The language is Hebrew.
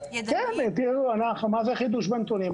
מה זה חידוש בנתונים?